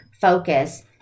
focus